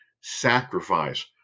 sacrifice